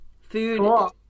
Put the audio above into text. food